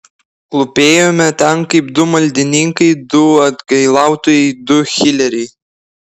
klūpėjome ten kaip du maldininkai du atgailautojai du hileriai